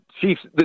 Chiefs